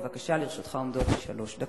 בבקשה, לרשותך עומדות שלוש דקות.